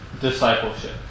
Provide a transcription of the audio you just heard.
discipleship